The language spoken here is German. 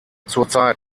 zurzeit